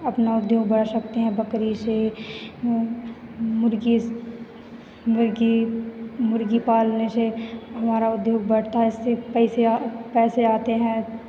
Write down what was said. अपना उद्योग बढ़ा सकते हैं बकरी से मुर्गी स मुर्गी मुर्गी पालने से हमारा उद्योग बढ़ता है इससे पइसे आ पैसे आते हैं